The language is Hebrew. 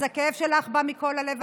אז הכאב שלך בא מכל הלב,